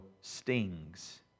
stings